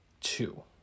two